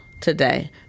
today